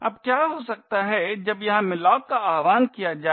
अब क्या हो सकता है जब यहां malloc का आह्वान किया जाए